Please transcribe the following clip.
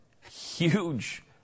huge